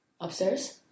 Upstairs